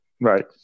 Right